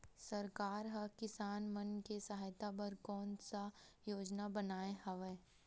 सरकार हा किसान मन के सहायता बर कोन सा योजना बनाए हवाये?